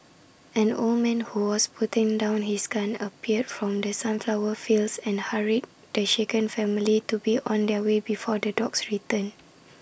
an old man who was putting down his gun appeared from the sunflower fields and hurried the shaken family to be on their way before the dogs return